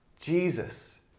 Jesus